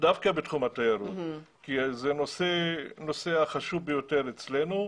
דווקא בתחום התיירות כי זה הנושא החשוב ביותר אצלנו.